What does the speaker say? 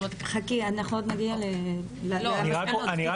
אני רק